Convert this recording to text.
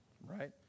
Right